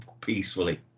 peacefully